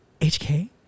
hk